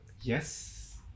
yes